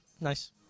Nice